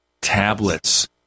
tablets